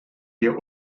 der